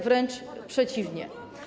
Wręcz przeciwnie.